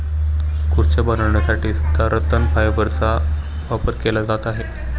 खुर्च्या बनवण्यासाठी सुद्धा रतन फायबरचा वापर केला जात असे